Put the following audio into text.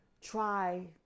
try